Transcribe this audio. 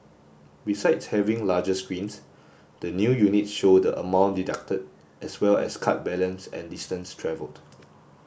besides having larger screens the new units show the amount deducted as well as card balance and distance travelled